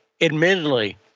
admittedly